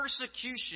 persecution